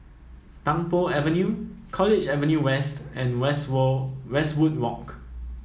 Tung Po Avenue College Avenue West and West Wall Westwood Walk